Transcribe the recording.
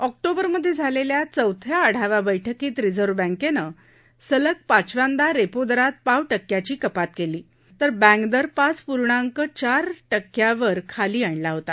awk बिरमधझिलल्या चौथ्या आढावा बैठकीत रिझर्व्ह बँक्नी सलग पाचव्यांदा रप्ती दरात पाव क्क्याची कपात कली होती तर बँक दर पाच पूर्णांक चार क्क्यावर खाली आणला होता